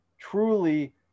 truly